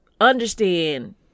understand